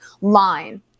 line